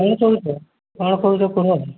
କ'ଣ କହୁଛ କ'ଣ କହୁଛ କୁହ